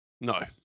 No